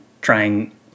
trying